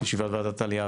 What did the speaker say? ישיבת ועדת העלייה,